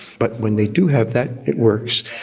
but when they do have that it works.